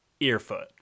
earfoot